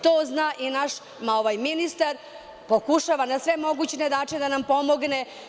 To zna i naš ovaj ministar i pokušava na sve moguće načine da nam pomogne.